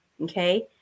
okay